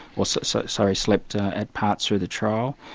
or so so sorry, slept at parts through the trial.